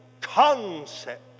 concept